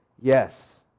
Yes